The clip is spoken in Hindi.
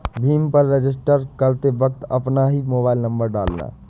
भीम पर रजिस्टर करते वक्त अपना ही मोबाईल नंबर डालना